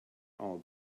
all